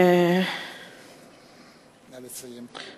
נא לסיים.